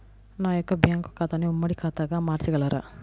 నా యొక్క బ్యాంకు ఖాతాని ఉమ్మడి ఖాతాగా మార్చగలరా?